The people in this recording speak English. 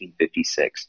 1956